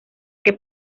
que